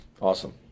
Awesome